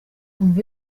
umva